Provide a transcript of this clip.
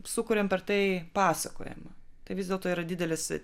sukuriam per tai pasakojimą tai vis dėlto yra didelis